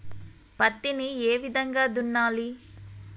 పత్తిని ఏ విధంగా దున్నాలి?